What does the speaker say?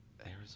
Arizona